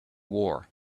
war